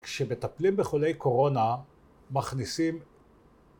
כשמטפלים בחולי קורונה מכניסים